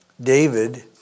David